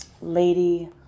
lady